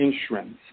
insurance